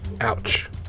Ouch